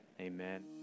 amen